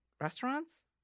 restaurants